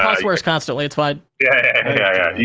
ah swears constantly, it's fine. yeah,